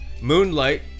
Moonlight